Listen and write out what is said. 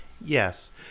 yes